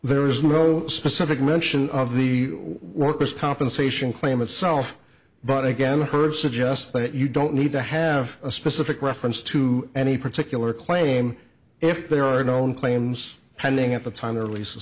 there is no specific mention of the worker's compensation claim itself but again heard suggests that you don't need to have a specific reference to any particular claim if there are known claims pending at the time the release